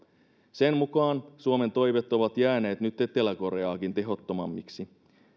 sen mukaan suomen toimet ovat jääneet nyt etelä koreaakin tehottomammiksi